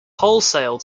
wholesale